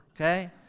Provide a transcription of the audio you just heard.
Okay